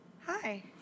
Hi